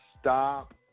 stop